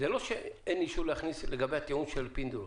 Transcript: אבל יכול להיות שיש עוד מקרים שלא חשבנו עליהם,